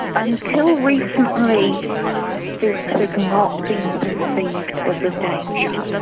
until recently this has not been perceived as a danger,